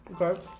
Okay